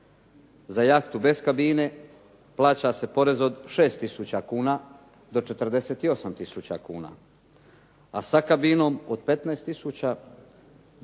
Za jahtu bez kabine plaća se porez od 6 tisuća kuna do 48 tisuća kuna, a sa kabinom od 15 tisuća